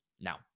Now